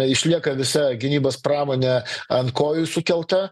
išlieka visa gynybos pramonė ant kojų sukelta